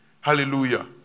Hallelujah